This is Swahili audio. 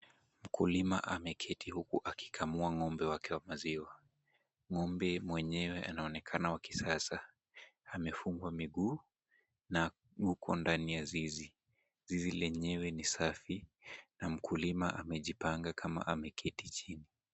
Mkulima ameketi huku akikamua ng'ombe wake wa maziwa. Ng'ombe mwenyewe anaonekana wa kisasa. Amefungwa miguu na yuko ndani ya zizi. Zizi lenyewe ni safi na mkulima amejipanga kama ameketi chini.